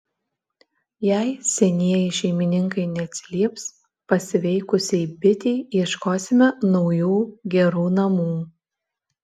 jei senieji šeimininkai neatsilieps pasveikusiai bitei ieškosime naujų gerų namų